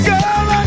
Girl